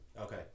okay